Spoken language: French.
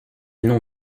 nom